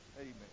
Amen